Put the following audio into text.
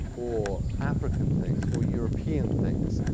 or african things, or european things.